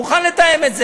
מוכן לתאם את זה,